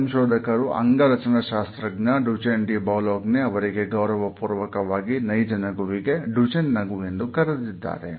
ಈ ಸಂಶೋಧಕರು ಅಂಗರಚನಾಶಾಸ್ತ್ರಜ್ಞ ಡುಚೆನ್ ಡಿ ಬೌಲೋಗ್ನೆ ಅವರಿಗೆ ಗೌರವಪೂರ್ವಕವಾಗಿ ನೈಜ ನಗುವಿಗೆ ಡುಚೆನ್ ನಗು ಎಂದು ಕರೆದಿದ್ದಾರೆ